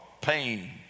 pain